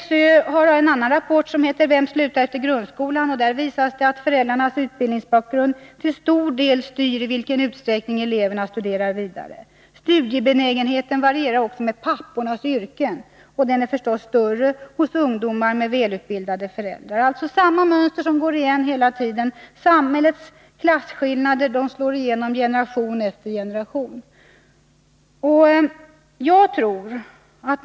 SÖ har i en annan rapport om grundskolan visat att föräldrarnas utbildningsbakgrund till stor del styr i vilken utsträckning eleverna studerar vidare. Studiebenägenheten varierar också med pappornas yrken. Den är förstås större hos ungdomar med välutbildade föräldrar. Det är alltså samma mönster som går igen hela tiden. Samhällets klasskillnader slår igenom generation efter generation.